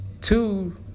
Two